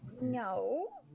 No